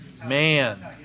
Man